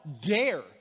dare